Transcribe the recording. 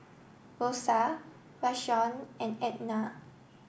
Rosa Rashawn and Ednah